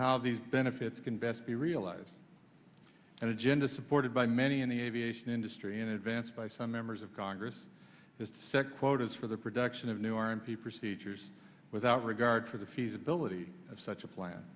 how these benefits can best be realized and agenda supported by many in the aviation industry in advance by some members of congress sect quotas for the production of new r and p procedures without regard for the feasibility of such a plan